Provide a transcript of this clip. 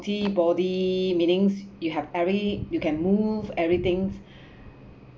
healthy body meanings you have every you can move everything